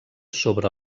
sobre